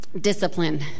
discipline